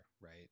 Right